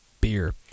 beer